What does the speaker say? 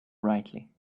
brightly